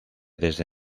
desde